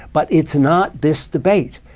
but it's not this debate.